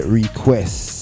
requests